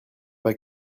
pas